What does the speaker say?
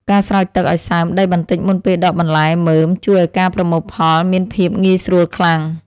ការស្រោចទឹកឱ្យសើមដីបន្តិចមុនពេលដកបន្លែមើមជួយឱ្យការប្រមូលផលមានភាពងាយស្រួលខ្លាំង។